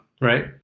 Right